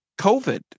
COVID